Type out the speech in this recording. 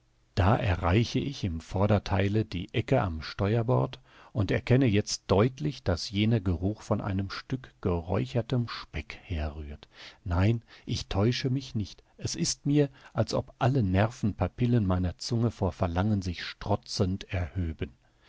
da erreiche ich im vordertheile die ecke am steuerbord und erkenne jetzt deutlich daß jener geruch von einem stück geräuchertem speck herrührt nein ich täusche mich nicht es ist mir als ob alle nervenpapillen meiner zunge vor verlangen sich strotzend erhöben